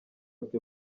byo